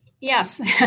Yes